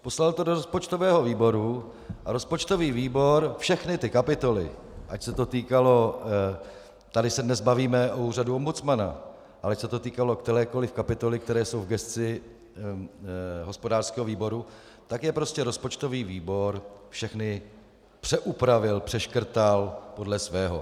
Poslal to do rozpočtového výboru a rozpočtový výbor všechny ty kapitoly, ať se to týkalo tady se dnes bavíme o úřadu ombudsmana, ale ať se to týkalo kterékoli kapitoly, které jsou v gesci hospodářského výboru, tak je prostě rozpočtový výbor všechny přeupravil, přeškrtal podle svého.